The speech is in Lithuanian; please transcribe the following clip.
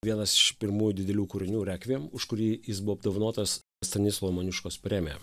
vienas iš pirmųjų didelių kūrinių requiem už kurį jis buvo apdovanotas stanislovo moniuškos premija